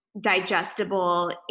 digestible